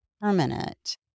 permanent